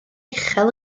uchel